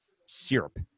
syrup